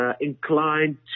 inclined